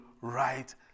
right